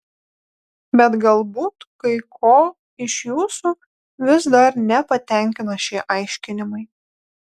bet galbūt kai ko iš jūsų vis dar nepatenkina šie aiškinimai